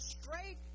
straight